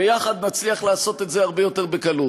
ביחד נצליח לעשות את זה הרבה יותר בקלות.